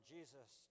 Jesus